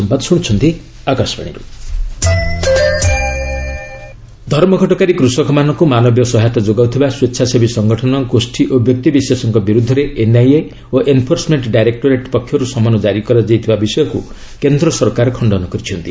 centre clarification ଧର୍ମଘଟକାରୀ କୃଷକମାନଙ୍କୁ ମାନବୀୟ ସହାୟତା ଯୋଗାଉଥିବା ସ୍ୱେଚ୍ଛାସେବୀ ସଙ୍ଗଠନ ଗୋଷ୍ଠୀ ଓ ବ୍ୟକ୍ତିବିଶେଷଙ୍କ ବିରୁଦ୍ଧରେ ଏନ୍ଆଇଏ ଓ ଏନ୍ଫୋର୍ସମେଣ୍ଟ ଡାଇରେକ୍ଟୋରେଟ୍ ପକ୍ଷରୁ ସମନ ଜାରି କରାଯାଇଥିବା ବିଷୟକୁ କେନ୍ଦ୍ର ସରକାର ଖଶ୍ଚନ କରିଛନ୍ତି